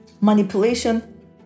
manipulation